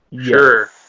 Sure